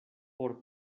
por